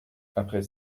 après